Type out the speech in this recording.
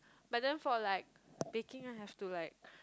but then for like baking have to like